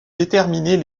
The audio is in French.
déterminer